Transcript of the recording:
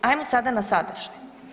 Ajmo sada na sadržaj.